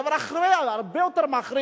דבר הרבה יותר מחריד.